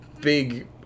big